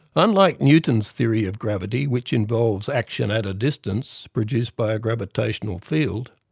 unlike newton's theory of gravity, which involves action at a distance produced by a gravitational field,